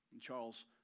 Charles